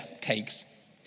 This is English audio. cakes